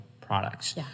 products